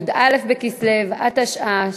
י"א בכסלו התשע"ה,